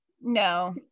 no